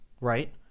right